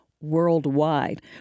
worldwide